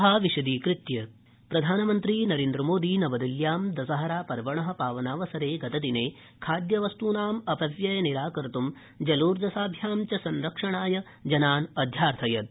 प्रधानमन्त्री दशहरा प्रधानमन्त्री नरेन्द्रमोदी नवदिल्ल्यां दशहरा पर्वण पावनावसरे खाद्यवस्तुनाम अवव्यय निराकतृं जलोर्जसाभ्यां च संरक्षणाय जनान् अध्यार्थयत्